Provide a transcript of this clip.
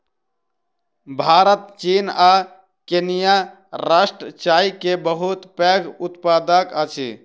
भारत चीन आ केन्या राष्ट्र चाय के बहुत पैघ उत्पादक अछि